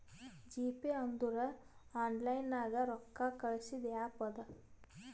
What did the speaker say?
GPay ಅಂದುರ್ online ನಾಗ್ ರೊಕ್ಕಾ ಕಳ್ಸದ್ ಆ್ಯಪ್ ಅದಾ